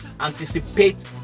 anticipate